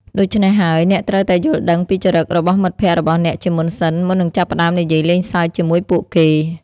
ដូច្នេះហើយ អ្នកត្រូវតែយល់ដឹងពីចរិតរបស់មិត្តភក្តិរបស់អ្នកជាមុនសិន មុននឹងចាប់ផ្តើមនិយាយលេងសើចជាមួយពួកគេ។